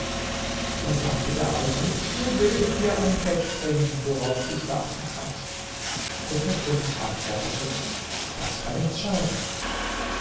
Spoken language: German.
da sagte der alte so will ich dir ein bett bringen worauf du schlafen kannst und der prinz antwortete das kann nichts schaden